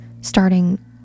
starting